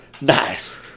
Nice